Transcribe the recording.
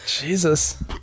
Jesus